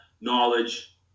knowledge